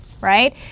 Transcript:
right